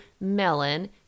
melon